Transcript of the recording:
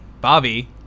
bobby